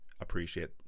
appreciate